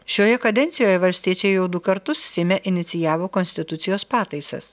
šioje kadencijoje valstiečiai jau du kartus seime inicijavo konstitucijos pataisas